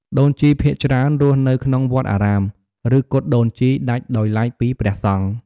ដូនជីភាគច្រើនរស់នៅក្នុងវត្តអារាម ឬកុដិដូនជីដាច់ដោយឡែកពីព្រះសង្ឃ។